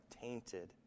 tainted